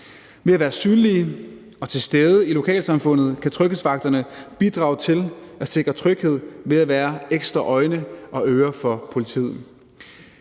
Ved at være synlige og til stede i lokalsamfundet kan tryghedsvagterne bidrage til at sikre tryghed ved at være ekstra øjne og ører for politiet.